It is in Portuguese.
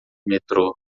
metrô